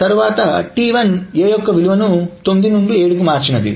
వ్రాత T1 A 9 7 T1 A యొక్క విలువను 9 నుండి 7 కి మార్చింది